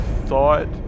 thought